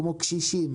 כמו קשישים